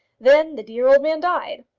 then the dear old man died!